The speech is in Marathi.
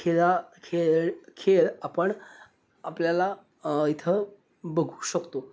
खेळा खेळ खेळ आपण आपल्याला इथं बघू शकतो